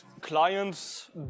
clients